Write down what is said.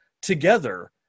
together